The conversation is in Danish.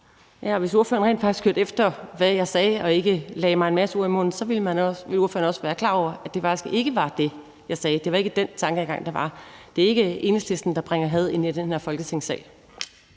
Hvis spørgeren rent faktisk hørte efter, hvad jeg sagde, og ikke lagde mig en masse ord i munden, så ville spørgeren også være klar over, at det faktisk ikke var det, jeg sagde, og at det ikke var den tankegang, der kom til udtryk. Det er ikke Enhedslisten, der bringer had ind i den her Folketingssal.